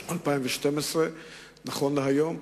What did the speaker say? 2012 נכון להיום.